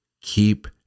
keep